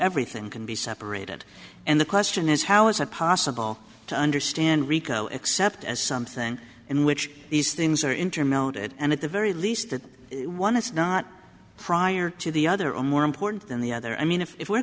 everything can be separated and the question is how is it possible to understand rico except as something in which these things are interim noted and at the very least that one is not prior to the other or more important than the other i mean if